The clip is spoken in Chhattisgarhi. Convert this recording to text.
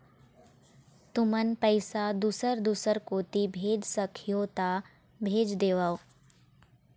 तुमन पैसा दूसर दूसर कोती भेज सखीहो ता भेज देवव?